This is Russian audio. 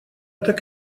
так